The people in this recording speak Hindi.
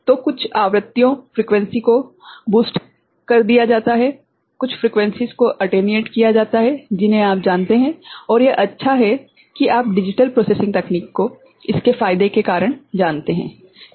तो कुछ आवृत्तियों को बढ़ा दिया जाता है कुछ आवृत्तियों को अटेनुएट किया जाता हैं जिन्हें आप जानते हैं और यह अच्छा है कि आप डिजिटल प्रोसेसिंग तकनीक को इसके फायदे के कारण जानते हैं सही हैं